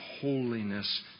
holiness